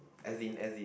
as in as in